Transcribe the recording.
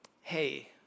Hey